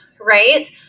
Right